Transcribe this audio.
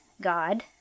God